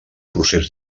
procés